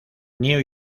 new